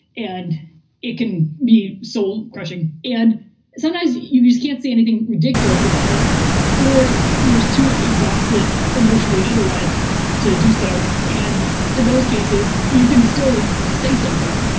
and it can be soul crushing. and sometimes you just can't see anything ridiculous about it or you're just too exhausted emotionally and otherwise to do so. and in those cases, you can still say something.